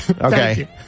Okay